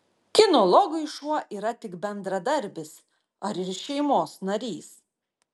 kinologui šuo yra tik bendradarbis ar ir šeimos narys